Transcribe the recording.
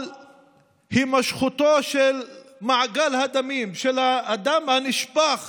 להימשכותו של מעגל הדמים, של הדם הנשפך